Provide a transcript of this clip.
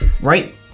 Right